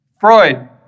Freud